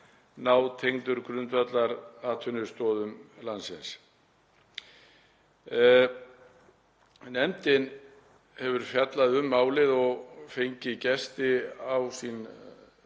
nátengdur grundvallaratvinnustoð landsins. Nefndin hefur fjallað um málið og fengið gesti á sína